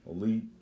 elite